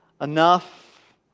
enough